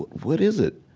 what is it?